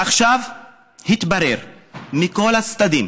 עכשיו התברר מכל הצדדים,